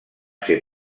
ser